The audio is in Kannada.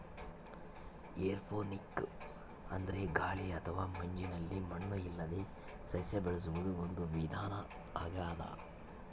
ಏರೋಪೋನಿಕ್ಸ್ ಅಂದ್ರೆ ಗಾಳಿ ಅಥವಾ ಮಂಜಿನಲ್ಲಿ ಮಣ್ಣು ಇಲ್ಲದೇ ಸಸ್ಯ ಬೆಳೆಸುವ ಒಂದು ವಿಧಾನ ಆಗ್ಯಾದ